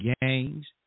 gangs